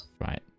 Right